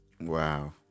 Wow